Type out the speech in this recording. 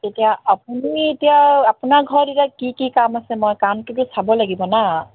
এতিয়া আপুনি এতিয়া আপোনাৰ ঘৰত এতিয়া কি কি কাম আছে মই কামটোতো চাব লাগিব ন